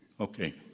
Okay